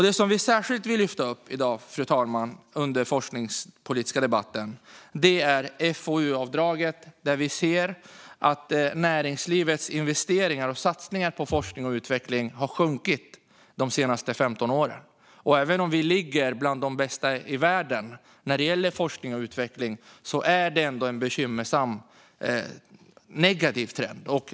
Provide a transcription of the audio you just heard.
Det vi särskilt vill lyfta upp i dag, fru talman, i den forskningspolitiska debatten är FoU-avdraget, där vi ser att näringslivets investeringar och satsningar på forskning och utveckling har sjunkit de senaste 15 åren. Även om Sverige är bland de bästa i världen när det gäller forskning och utveckling är det ändå en bekymmersam och negativ trend.